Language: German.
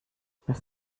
was